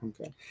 Okay